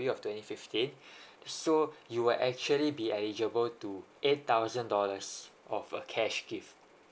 of twenty fifteen so you will actually be eligible to eight thousand dollars of a cash give